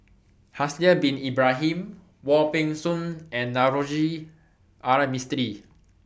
Haslir Bin Ibrahim Wong Peng Soon and Navroji R Mistri